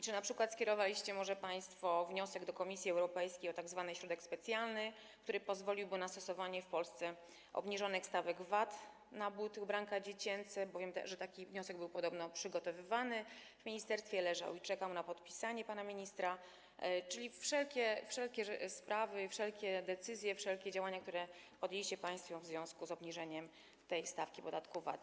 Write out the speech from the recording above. Czy np. skierowaliście państwo wniosek do Komisji Europejskiej o tzw. środek specjalny, który pozwoliłby na stosowanie w Polsce obniżonych stawek VAT na buty, ubranka dziecięce, bo wiem, że taki wniosek był podobno przygotowywany w ministerstwie, leżał i czekał na podpisanie przez pana ministra, czyli chodzi mi o wszelkie sprawy, wszelkie decyzje, wszelkie działania, które podjęliście państwo w związku z obniżeniem tej stawki podatku VAT.